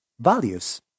values